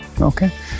Okay